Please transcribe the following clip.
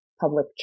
public